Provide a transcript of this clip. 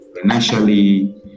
financially